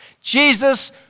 Jesus